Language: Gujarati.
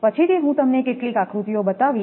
પછીથી હું તમને કેટલીક આકૃતિઓ બતાવીશ